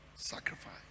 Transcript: sacrifice